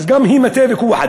אז גם היא מטה וכוח-אדם.